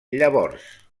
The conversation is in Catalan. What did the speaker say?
llavors